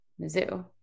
Mizzou